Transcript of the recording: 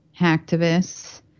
hacktivists